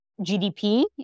GDP